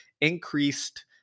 increased